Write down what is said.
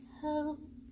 help